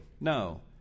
No